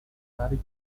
menarik